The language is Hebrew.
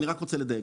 אני רק רוצה לדייק.